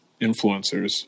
influencers